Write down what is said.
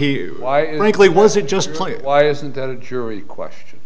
likely was it just plain why isn't that a jury question